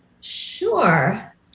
Sure